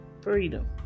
Freedom